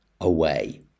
away